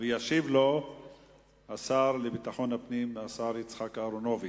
ישיב לו השר לביטחון הפנים, השר יצחק אהרונוביץ.